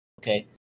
okay